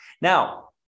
Now